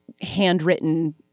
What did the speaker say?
handwritten